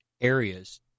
areas